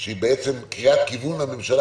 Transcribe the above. שהיא בעצם קריאת כיוון לממשלה.